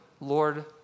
Lord